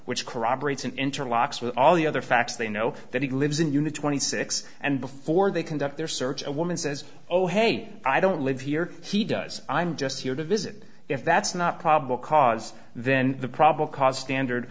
which corroborates interlocks with all the other facts they know that he lives in unit twenty six and before they conduct their search a woman says oh hey i don't live here he does i'm just here to visit if that's not probable cause then the probable cause dand